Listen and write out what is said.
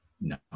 No